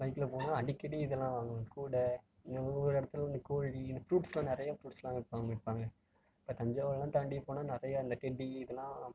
பைக்கில் போனேன்னால் அடிக்கடி இதெல்லாம் வாங்குவேன் கூடை இந்த ஒவ்வொரு இடத்துல இந்த கோழி இந்த ஃப்ரூட்ஸெலாம் நிறைய ஃப்ரூட்ஸெலாம் விற்பாங்க விற்பாங்க இப்போ தஞ்சாவூரெலாம் தாண்டி போனால் நிறையா இந்த டெடி இதெல்லாம்